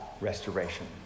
restoration